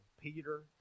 Peter